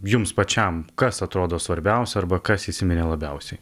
jums pačiam kas atrodo svarbiausia arba kas įsiminė labiausiai